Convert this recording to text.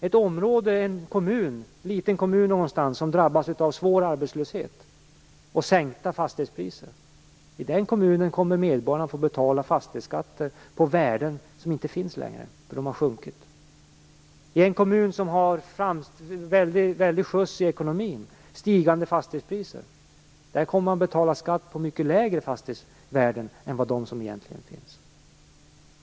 Vi tänker oss en liten kommun någonstans, som drabbas av svår arbetslöshet och sänkta fastighetspriser. I den kommunen kommer medborgarna att få betala fastighetsskatt på värden som inte längre finns, eftersom de har sjunkit. I en kommun som däremot har en väldig skjuts i ekonomin och som har stigande fastighetspriser kommer man att betala skatt på fastighetsvärden som är mycket lägre än vad de är i verkligheten.